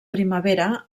primavera